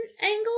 angle